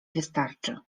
wystarczy